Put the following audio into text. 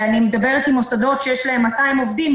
ואני מדברת עם מוסדות שיש להם 200 עובדים,